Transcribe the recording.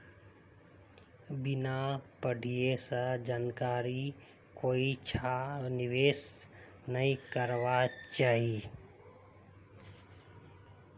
बिना बढ़िया स जानकारीर कोइछा निवेश नइ करबा चाई